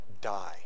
die